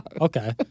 Okay